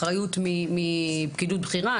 אחריות מפקידות בכירה.